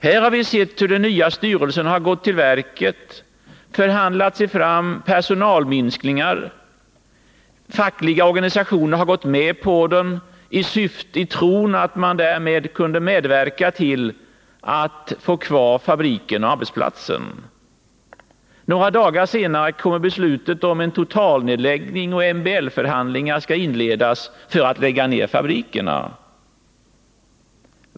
Vi har sett hur den nya styrelsen har gått till verket, hur man har förhandlat sig fram till personalminskningar. De fackliga organisationerna har gått med på detta i tron att man därmed kunde medverka till att fabriken och arbetsplatsen skulle få vara kvar. Några dagar senare kom emellertid beslutet om en total nedläggning och om att MBL-förhandlingar skulle inledas om en nedläggning av fabrikerna.